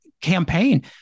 campaign